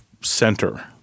center